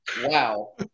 Wow